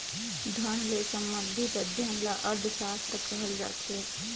धन ले संबंधित अध्ययन ल अर्थसास्त्र कहल जाथे